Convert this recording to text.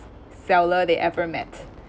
seller they ever met